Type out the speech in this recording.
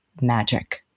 magic